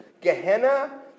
gehenna